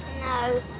No